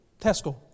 Tesco